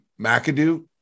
McAdoo